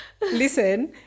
listen